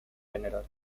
gral